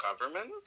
government